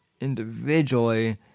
individually